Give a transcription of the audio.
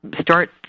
start